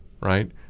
right